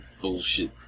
bullshit